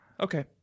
Okay